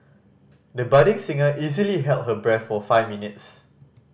the budding singer easily held her breath for five minutes